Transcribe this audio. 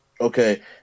okay